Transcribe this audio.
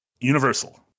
Universal